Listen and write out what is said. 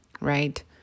right